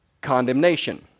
condemnation